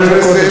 חברי הכנסת,